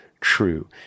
true